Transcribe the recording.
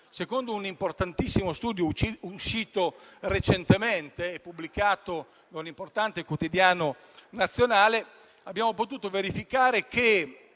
Secondo un rilevante studio uscito recentemente e pubblicato da un importante quotidiano nazionale, si è verificato che